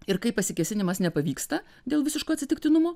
ir kai pasikėsinimas nepavyksta dėl visiško atsitiktinumo